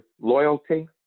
loyalty